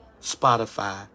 Spotify